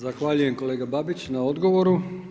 Zahvaljujem kolega Babić, na odgovoru.